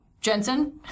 Jensen